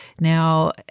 Now